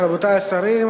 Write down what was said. רבותי השרים,